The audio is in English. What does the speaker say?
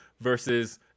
versus